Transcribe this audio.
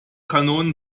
kanonen